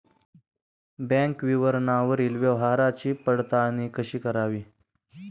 Bank विवरणावरील व्यवहाराची पडताळणी कशी करावी?